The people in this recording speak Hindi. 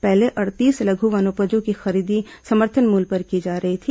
पहले अड़तीस लघु वनोपजों की खरीदी समर्थन मूल्य पर की जा रही थी